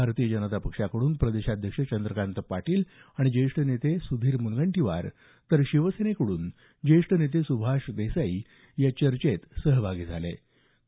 भारतीय जनता पक्षाकडून प्रदेशाध्यक्ष चंद्रकांत पाटील आणि वरिष्ठ नेते सुधीर मुनगंटीवार तर शिवसेनेकडून वरिष्ठ नेते सुभाष देसाई सहभागी झाले होते